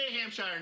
Hampshire